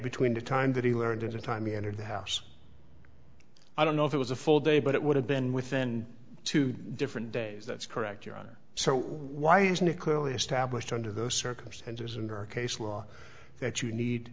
between the time that he learned and the time he entered the house i don't know if it was a full day but it would have been within two different days that's correct your honor so why isn't it clearly established under those circumstances and our case law that you need